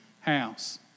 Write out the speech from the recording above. house